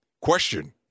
question